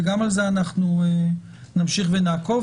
גם אחרי זה אנחנו נמשיך ונעקוב.